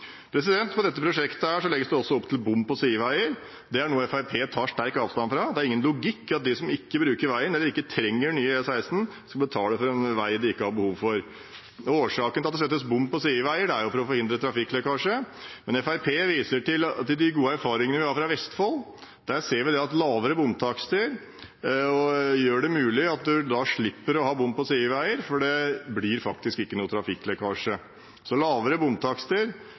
dette prosjektet legges det også opp til bom på sideveier. Det er noe Fremskrittspartiet tar sterkt avstand fra. Det er ingen logikk i at de som ikke bruker veien, eller som ikke trenger nye E16, skal betale for en vei de ikke har behov for. Årsaken til at det settes bom på sideveier, er jo å forhindre trafikklekkasje. Fremskrittspartiet viser til de gode erfaringene vi har fra Vestfold, der vi ser at lavere bomtakster gjør det mulig at man da slipper å ha bom på sideveier fordi det faktisk ikke blir noen trafikklekkasje. Så lavere bomtakster